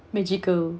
magical